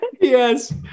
Yes